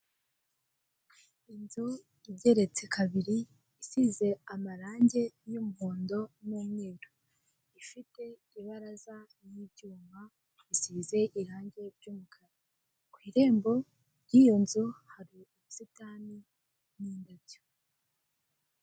Inzu igeretse kabiri isize amarangi y'umuhondo n'umweru ifite ibaraza ry'ibyuma, isize irangi ry'umukara ku irembo ry'iyo nzu hari ubusitani n'indabyo.